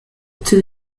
two